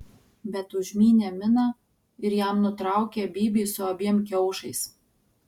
bet užmynė miną ir jam nutraukė bybį su abiem kiaušais